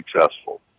successful